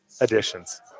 additions